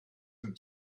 and